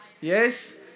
Yes